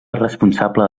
responsable